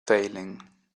failing